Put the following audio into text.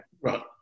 Right